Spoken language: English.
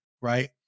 right